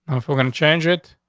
um if we're gonna change it,